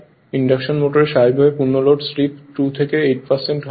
induction মোটরের স্বাভাবিক পূর্ণ লোড স্লিপ 2 থেকে 8 পর্যন্ত হয়